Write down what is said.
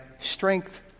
strength